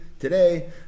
today